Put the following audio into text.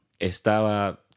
Estaba